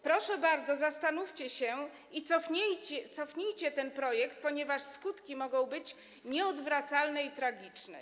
Proszę bardzo, zastanówcie się i cofnijcie ten projekt, ponieważ skutki mogą być nieodwracalne i tragiczne.